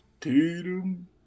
tatum